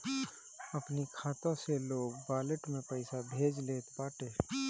अपनी खाता से लोग वालेट में पईसा भेज लेत बाटे